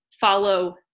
follow